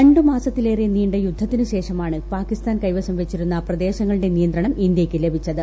രണ്ടു മാസത്തിലേറെ നീണ്ട യുദ്ധത്തിനു ശേഷമാണ് പാകിസ്ഥാൻ കൈവശം വെച്ചിരുന്ന പ്രദേശങ്ങളുടെ നിയന്ത്രണം ഇന്ത്യയ്ക്ക് ലഭിച്ചത്